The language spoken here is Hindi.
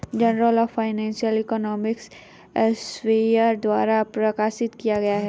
journal of financial economics Elsevier द्वारा प्रकाशित किया गया हैं